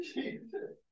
Jesus